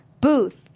Booth